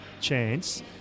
chance